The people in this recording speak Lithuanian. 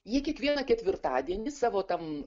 jie kiekvieną ketvirtadienį savo tam